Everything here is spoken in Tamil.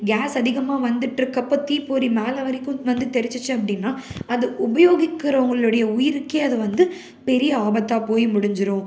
கேஸ் அதிகமாக வந்துட்ருக்கிறப்ப தீப்பொறி மேலே வரைக்கும் வந்து தெறிச்சுச்சு அப்படின்னா அது உபயோகிக்கிறவங்களுடைய உயிருக்கே அது வந்து பெரிய ஆபத்தாக போய் முடிஞ்சுடும்